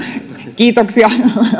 kiitoksia